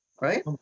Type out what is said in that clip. Right